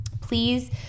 Please